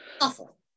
awful